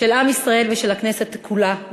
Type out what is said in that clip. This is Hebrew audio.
של עם ישראל ושל הכנסת כולה,